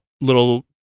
little